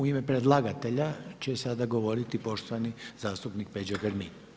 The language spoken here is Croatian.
U ime predlagatelja će sada govoriti poštovani zastupnik Peđa Grbin.